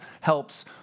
helps